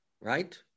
right